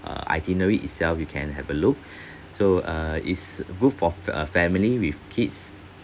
uh itinerary itself you can have a look so err it's good for a family with kids